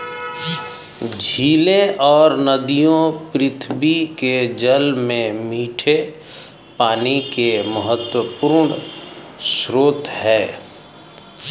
झीलें और नदियाँ पृथ्वी के जल में मीठे पानी के महत्वपूर्ण स्रोत हैं